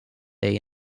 day